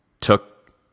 took